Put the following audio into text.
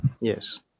Yes